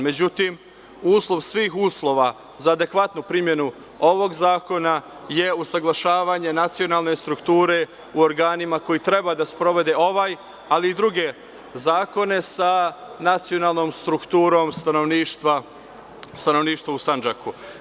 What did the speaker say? Međutim, uslov svih uslova za adekvatnu primenu ovog zakona je usaglašavanje nacionalne strukture u organima koji treba da sprovode ovaj, ali i druge zakone sa nacionalnom strukturom stanovništva u Sandžaku.